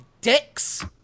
dicks